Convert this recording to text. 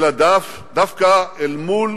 אלא דווקא אל מול